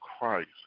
Christ